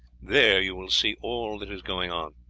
there you will see all that is going on.